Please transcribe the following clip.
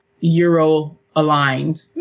Euro-aligned